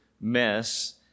mess